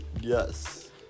Yes